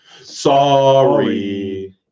Sorry